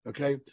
Okay